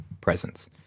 presence